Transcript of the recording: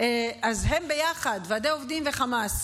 אז הם ביחד, ועדי עובדים וחמאס.